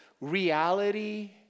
reality